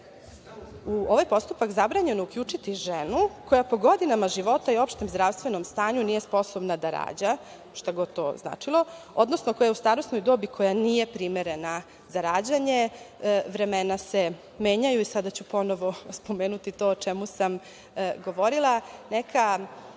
u ovaj postupak zabranjeno uključiti ženu koja po godinama života i opštem zdravstvenom stanju nije sposobna da rađa, šta god to značilo, odnosno koja je u starosnoj dobi koja nije primerena za rađanje. Vremena se menjaju, sada ću ponovo spomenuti to o čemu sam govorila. Neka